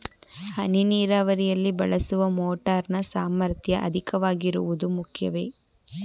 ಹನಿ ನೀರಾವರಿಯಲ್ಲಿ ಬಳಸುವ ಮೋಟಾರ್ ನ ಸಾಮರ್ಥ್ಯ ಅಧಿಕವಾಗಿರುವುದು ಮುಖ್ಯವೇ?